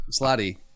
Slotty